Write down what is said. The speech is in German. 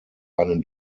einen